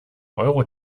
euro